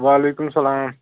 وعلیکُم اَسلام